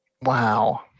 wow